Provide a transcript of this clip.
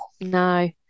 no